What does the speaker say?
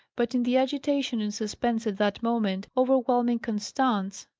but in the agitation and suspense at that moment overwhelming constance,